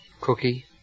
Cookie